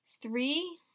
three